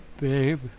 Babe